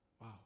wow